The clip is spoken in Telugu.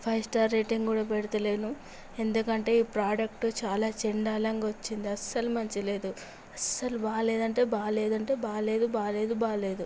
ఫైవ్ స్టార్ రేటింగ్ కూడా పెడతలేను ఎందుకంటే ఈ ప్రోడక్ట్ చాలా చెండాలంగా వచ్చిందా అసలు మంచిగా లేదు అసలు బాలేదంటే బాలేదు అంటే బాలేదు బాలేదు బాలేదు